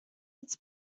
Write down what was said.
its